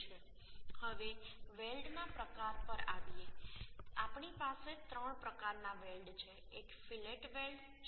હવે વેલ્ડના પ્રકાર પર આવીએ છીએ આપણી પાસે ત્રણ પ્રકારના વેલ્ડ છે એક ફિલેટ વેલ્ડ છે